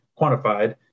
quantified